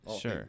sure